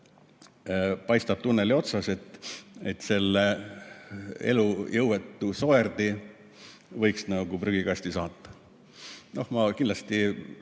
paistab tunneli otsas, et selle elujõuetu soerdi võiks nagu prügikasti saata. Me kindlasti